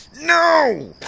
No